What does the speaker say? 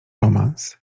romans